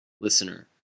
listener